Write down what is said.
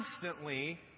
constantly